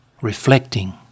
reflecting